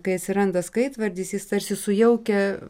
kai atsiranda skaitvardis jis tarsi sujaukia